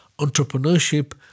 entrepreneurship